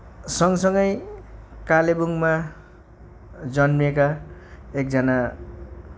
सँगसँगै कालिम्पोङमा जन्मिएका एकजना